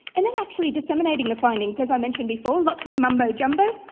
and then actually disseminating the findings. as i mentioned before, lots of mumbo-jumbo.